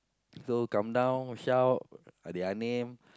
so come down shout their name